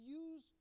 use